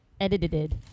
edited